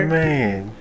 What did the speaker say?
man